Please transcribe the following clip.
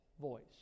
voice